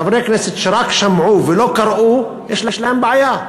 חברי הכנסת שרק שמעו ולא קראו, יש להם בעיה,